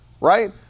right